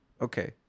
Okay